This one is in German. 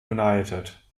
united